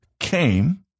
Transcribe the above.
came